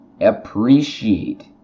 Appreciate